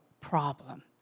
problem